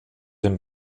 den